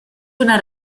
una